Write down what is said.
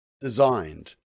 designed